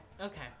okay